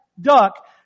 duck